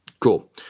Cool